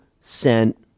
sent